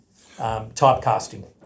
typecasting